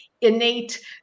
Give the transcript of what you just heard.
innate